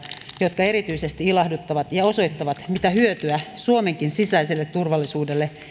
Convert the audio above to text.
jotka erityisesti ilahduttavat ja osoittavat mitä hyötyä suomenkin sisäiselle turvallisuudelle